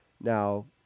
Now